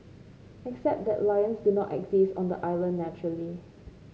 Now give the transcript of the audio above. except that lions do not exist on the island naturally